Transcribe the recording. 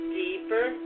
deeper